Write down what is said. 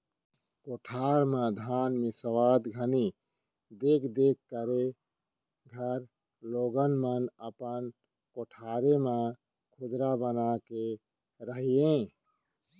कोठार म धान मिंसावत घनी देख देख करे घर लोगन मन अपन कोठारे म कुंदरा बना के रहयँ